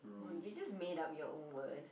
you just made up your own word